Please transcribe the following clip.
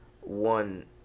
one